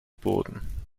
boden